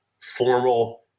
formal